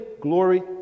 Glory